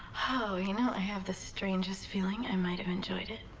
oh. you know, i have the strangest feeling i might have enjoyed it.